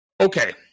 Okay